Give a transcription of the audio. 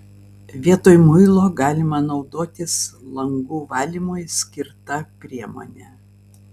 vietoj muilo tirpalo galima naudotis langų valymui skirta priemone